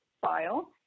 file